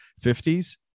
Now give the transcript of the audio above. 50s